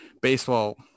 baseball